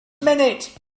minute